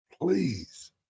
Please